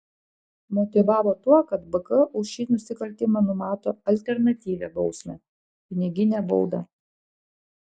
motyvavo tuo kad bk už šį nusikaltimą numato alternatyvią bausmę piniginę baudą